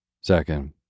Second